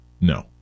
No